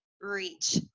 reach